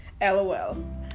LOL